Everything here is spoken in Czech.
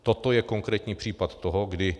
Toto je konkrétní případ toho, kdy...